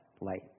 light